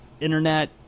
Internet